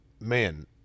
man